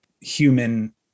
human